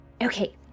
okay